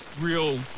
real